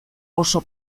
oso